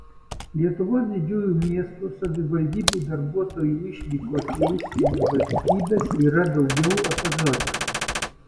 lietuvos didžiųjų miestų savivaldybių darbuotojų išvykos į užsienio valstybes yra labiau epizodinės